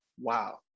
wow